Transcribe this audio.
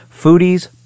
Foodies